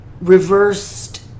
reversed